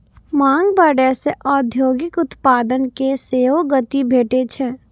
मांग बढ़ै सं औद्योगिक उत्पादन कें सेहो गति भेटै छै